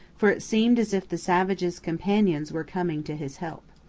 for it seemed as if the savage's companions were coming to his help.